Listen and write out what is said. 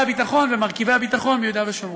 הביטחון ומרכיבי הביטחון ביהודה ושומרון.